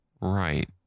right